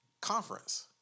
conference